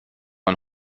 man